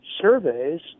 surveys